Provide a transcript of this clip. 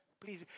Please